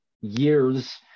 years